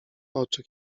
oczy